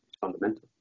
fundamental